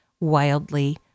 wildly